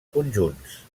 conjunts